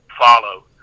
follow